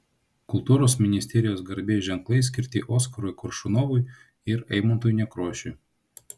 kultūros ministerijos garbės ženklai skirti oskarui koršunovui ir eimuntui nekrošiui